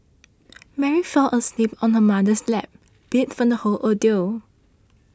Mary fell asleep on her mother's lap beat from the whole ordeal